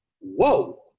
whoa